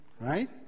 Right